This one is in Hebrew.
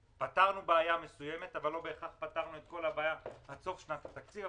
פתרנו בעיה מסוימת אבל לא בהכרח פתרנו את כל הבעיה עד סוף שנת התקציב.